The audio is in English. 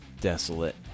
desolate